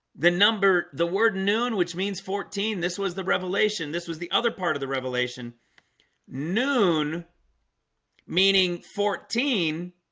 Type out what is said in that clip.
the number the word noon, which means fourteen this was the revelation this was the other part of the revelation noon meaning fourteen